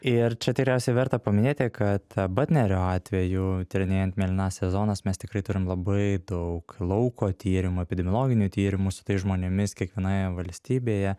ir čia tiriausia verta paminėti kad batnerio atveju tyrinėjant mėlynąsias zonas mes tikrai turim labai daug lauko tyrimų epidemiologinių tyrimų su tais žmonėmis kiekvienoje valstybėje